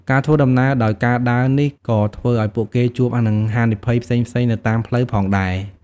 ការធ្វើដំណើរដោយការដើរនេះក៏ធ្វើឱ្យពួកគេជួបនឹងហានិភ័យផ្សេងៗនៅតាមផ្លូវផងដែរ។